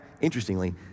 interestingly